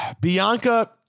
Bianca